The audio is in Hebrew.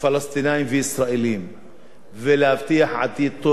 ולהבטיח עתיד טוב יותר לילדינו ולמזרח התיכון,